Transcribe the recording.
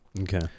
Okay